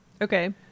Okay